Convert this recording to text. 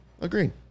Agreed